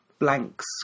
blanks